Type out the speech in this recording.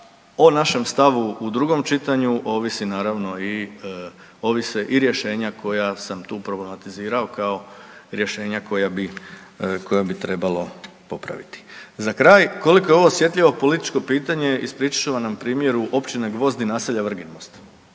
o našem stavu u drugom čitanju ovisi naravno i, ovise i rješenja koja sam tu problematizirao kao rješenja koja bi, koja bi trebalo popraviti. Za kraj, koliko je ovo osjetljivo političko pitanje ispričat ću vam na primjeru općine Gvozd i naselja Vrginmost.